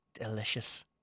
Delicious